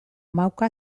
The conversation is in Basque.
mauka